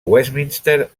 westminster